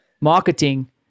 marketing